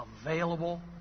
available